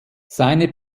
seine